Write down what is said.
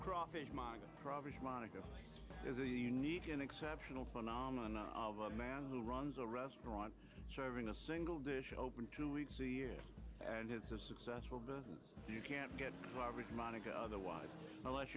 crawfish monica monica is a unique an exceptional phenomenon of a man who runs a restaurant serving a single dish open two weeks a year and it's a successful business you can't get far with monica otherwise unless